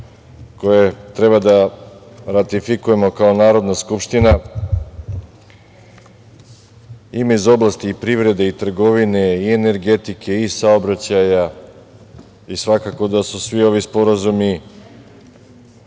koje treba da ratifikujemo kao Narodna skupština, ima i iz oblasti privrede, i trgovine, i energetike i saobraćaja. Svakako da su svi ovi sporazumi